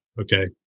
Okay